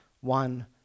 one